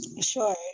Sure